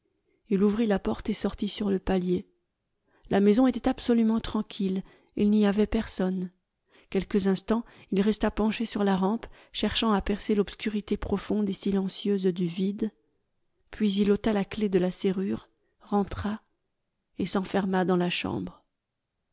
il ouvrit la porte et sortit sur le palier la maison était absolument tranquille il n'y avait personne quelques instants il resta penché sur la rampe cherchant à percer l'obscurité profonde et silencieuse du vide puis il ôta la clef de la serrure rentra et s'enferma dans la chambre